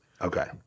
Okay